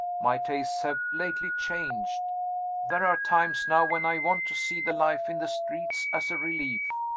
my tastes have lately changed there are times now when i want to see the life in the streets, as a relief.